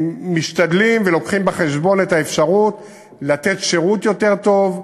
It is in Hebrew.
משתדלים ולוקחים בחשבון את האפשרות לתת שירות יותר טוב,